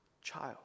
child